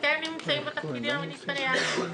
אתם נמצאים בתפקידים המיניסטריאליים.